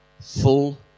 full